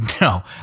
No